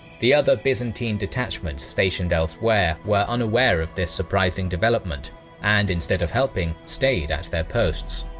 the other byzantine detachments stationed elsewhere were unaware of this surprising development and, instead of helping, stayed at their posts.